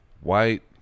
White